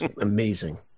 amazing